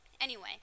Anyway